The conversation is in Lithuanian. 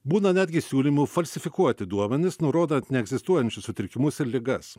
būna netgi siūlymų falsifikuoti duomenis nurodant neegzistuojančius sutrikimus ir ligas